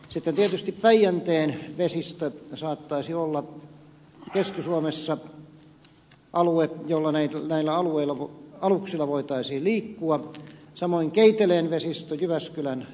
sitten tietysti päijänteen vesistö saattaisi olla keski suomessa alue jossa näillä aluksilla voitaisiin liikkua samoin keiteleen vesistö jyväskylän itäpohjoispuolella